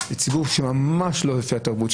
הרבה אנשים,